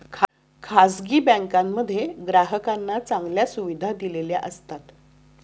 खासगी बँकांमध्ये ग्राहकांना चांगल्या सुविधा दिल्या जातात